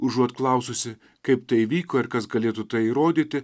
užuot klaususi kaip tai vyko ir kas galėtų tai įrodyti